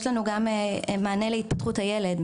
יש לנו גם מענה להתפתחות הילד,